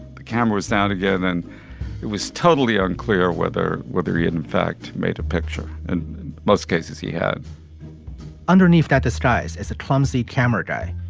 the camera's now together and it was totally unclear whether whether he had, in fact, made a picture in most cases, he had underneath that disguise as a clumsy camera guy.